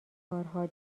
کارها